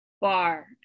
bar